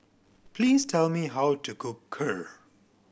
please tell me how to cook Kheer